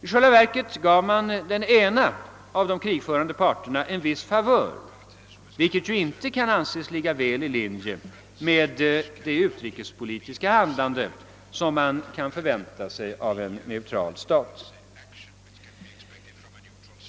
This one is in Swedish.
I själva verket gav man den ena av de krigförande parterna en viss favör, vilket icke kan anses ligga i linje med det utrikespolitiska handlande, som man kan förvänta av en neutral stat.